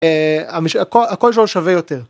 הקול שלו שווה יותר.